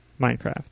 Minecraft